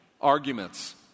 arguments